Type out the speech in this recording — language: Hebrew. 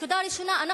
הנקודה הראשונה,